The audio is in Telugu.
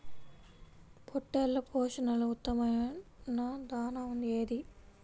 పొట్టెళ్ల పోషణలో ఉత్తమమైన దాణా ఏది?